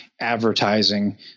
advertising